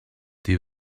die